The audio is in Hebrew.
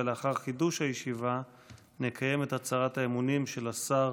ולאחר חידוש הישיבה נקיים את הצהרת האמונים של השר